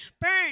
burn